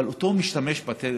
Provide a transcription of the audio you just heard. אבל אותו משתמש בטלפון,